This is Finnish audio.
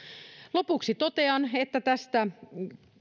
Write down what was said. lopuksi totean että tästä